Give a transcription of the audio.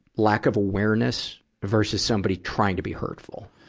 lack of awareness versus somebody trying to be hurtful.